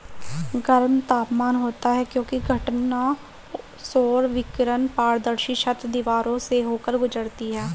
गर्म तापमान होता है क्योंकि घटना सौर विकिरण पारदर्शी छत, दीवारों से होकर गुजरती है